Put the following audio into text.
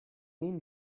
این